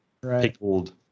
Pickled